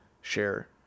share